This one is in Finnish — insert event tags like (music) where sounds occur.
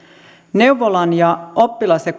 neuvolan ja oppilas ja (unintelligible)